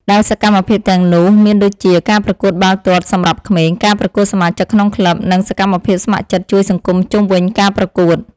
ដែលសកម្មភាពទាំងនោះមានដូចជា ការប្រកួតបាល់ទាត់សម្រាប់ក្មេង ការប្រកួតសមាជិកក្នុងក្លឹប និងសកម្មភាពស្ម័គ្រចិត្តជួយសង្គមជុំវិញការប្រកួត។